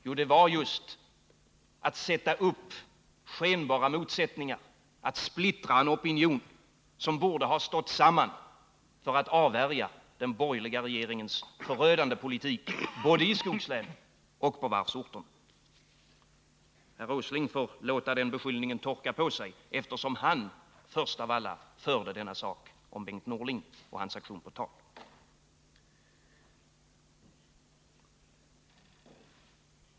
Jo, det var just att ta fram skenbara motsättningar, att splittra en opinion som borde ha stått samman för att avvärja den borgerliga regeringens förödande politik, både i skogslänen och på varvsorterna. Nils Åsling får låta den beskyllningen torka på sig, eftersom han först av alla förde detta med Bengt Norling och hans aktion på tal.